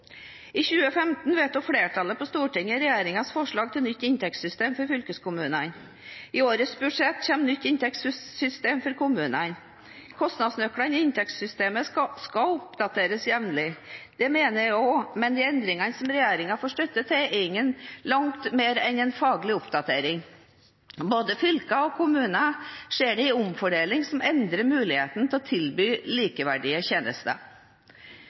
I 2015 vedtok flertallet på Stortinget regjeringens forslag til nytt inntektssystem for fylkeskommunene. I årets budsjett kommer nytt inntektssystem for kommunene. Kostnadsnøklene i inntektssystemet skal oppdateres jevnlig. Det mener jeg også, men de endringene som regjeringen får støtte til, er langt mer enn en faglig oppdatering. Både for fylker og kommuner skjer det en omfordeling som endrer mulighetene til å tilby likeverdige tjenester.